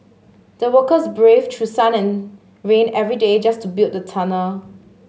the workers braved through sun and rain every day just to build the tunnel